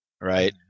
right